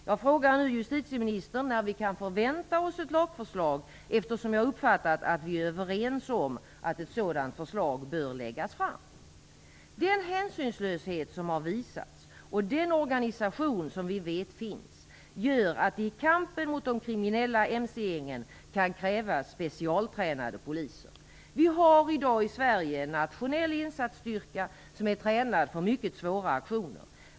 Jag frågar nu justitieministern när vi kan förvänta oss ett lagförslag, eftersom jag har uppfattat att vi är överens om att ett sådant förslag bör läggas fram. Den hänsynslöshet som har visats och den organisation som vi vet finns gör att det i kampen mot de kriminella mc-gängen kan krävas specialtränade poliser. Vi har i dag i Sverige en nationell insatsstyrka, som är tränad för mycket svåra aktioner.